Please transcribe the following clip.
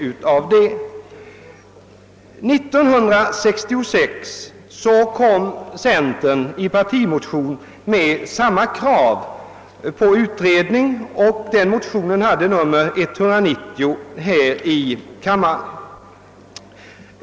1966 ställde centern i partimotion — I: 141 och II: 190 — samma krav på utredning.